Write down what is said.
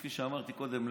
כפי שאמרתי קודם,